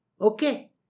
Okay